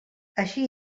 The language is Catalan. així